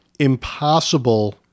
Impossible